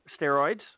steroids